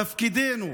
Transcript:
תפקידנו